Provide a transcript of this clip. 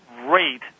rate